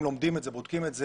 הם לומדים את זה, בודקים את זה,